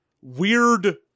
weird